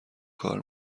کار